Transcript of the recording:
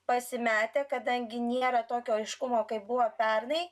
pasimetę kadangi nėra tokio aiškumo kaip buvo pernai